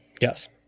Yes